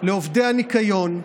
לעובדי הניקיון,